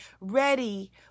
ready